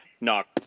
knock